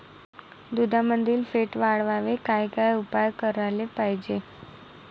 दुधामंदील फॅट वाढवायले काय काय उपाय करायले पाहिजे?